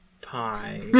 pie